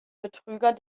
betrüger